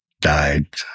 died